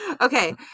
Okay